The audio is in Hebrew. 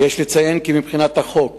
יש לציין כי מבחינת החוק